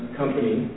company